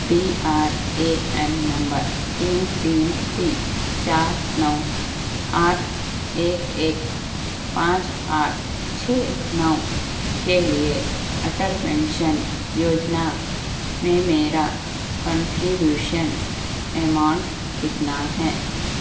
P R A N نمبر تین تین تین چار نو آٹھ ایک ایک پانچ آٹھ چھ نو کے لیے اٹل پینشن یوجنا میں میرا کنٹریبیوشن اماؤنٹ کتنا ہے